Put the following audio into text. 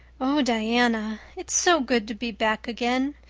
oh, diana, it's so good to be back again.